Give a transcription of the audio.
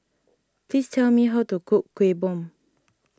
please tell me how to cook Kueh Bom